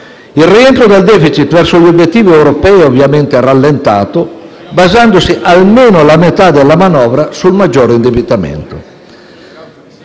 Il rientro del *deficit* verso l'obiettivo europeo è ovviamente rallentato, basandosi almeno la metà della manovra sul maggior indebitamento.